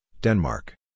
Denmark